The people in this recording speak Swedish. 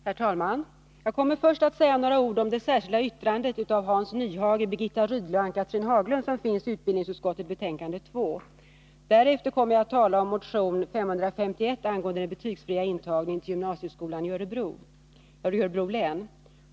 Herr talman! Jag kommer först att säga några ord om det särskilda yttrande av Hans Nyhage, Birgitta Rydle och mig som finns fogat vid utbildningsutskottets betänkande 1981/82:2. Därefter kommer jag att tala om motion 551 angående den betygsfria intagningen till gymnasieskolan i Örebro län.